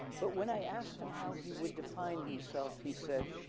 but when i asked him how he would define himself he said,